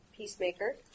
peacemaker